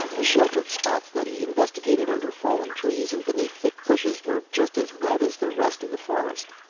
the sheltered spots that he investigated, under fallen trees and beneath thick bushes, were just as wet as the rest of the forest.